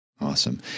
Awesome